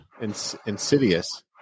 insidious